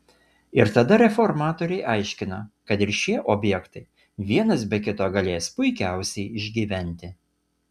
ir tada reformatoriai aiškino kad ir šie objektai vienas be kito galės puikiausiai išgyventi